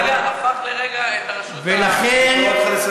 אני קורא אותך לסדר פעם ראשונה,